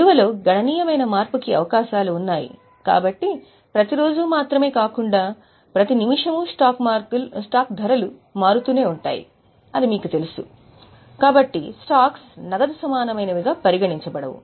విలువలో గణనీయమైన మార్పుకి అవకాశాలు ఉన్నాయి కాబట్టి ప్రతిరోజూ మాత్రమే కాకుండా ప్రతి నిమిషం స్టాక్ ధరలు మారుతూనే ఉంటాయని మీకు తెలుసు కాబట్టి స్టాక్స్ నగదు సమానమైనవిగా పరిగణించబడవు